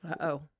Uh-oh